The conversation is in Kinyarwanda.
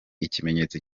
ikimenyetso